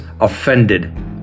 offended